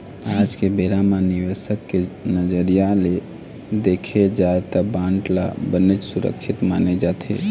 आज के बेरा म निवेसक के नजरिया ले देखे जाय त बांड ल बनेच सुरक्छित माने जाथे